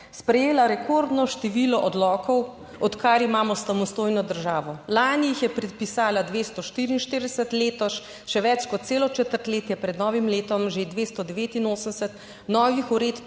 sprejela rekordno število odlokov, odkar imamo samostojno državo. Lani jih je predpisala 244, letos še več kot celo četrtletje pred novim letom že 289, novih uredb